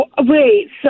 Wait